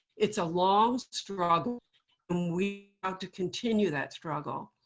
it's a long struggle, and we ought to continue that struggle.